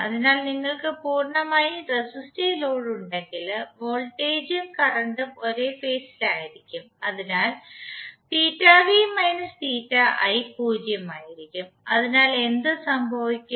അതിനാൽ നിങ്ങൾക്ക് പൂർണ്ണമായും റെസിസ്റ്റീവ് ലോഡ് ഉണ്ടെങ്കിൽ വോൾട്ടേജും കറന്റും ഒരേ ഫേസ് ഇൽ ആയിരിക്കും അതിനാൽ ആയിരിക്കും അതിനാൽ എന്ത് സംഭവിക്കും